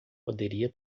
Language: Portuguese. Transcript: poderia